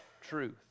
truth